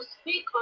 speak